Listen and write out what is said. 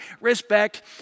respect